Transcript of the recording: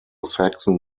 saxon